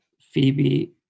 Phoebe